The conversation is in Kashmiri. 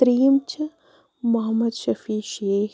ترٛیٚیِم چھِ محمد شفیٖع شیخ